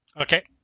Okay